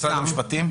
משרד המשפטים?